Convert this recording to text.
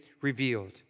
revealed